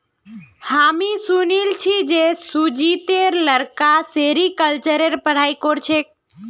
हामी सुनिल छि जे सुजीतेर लड़का सेरीकल्चरेर पढ़ाई कर छेक